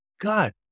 God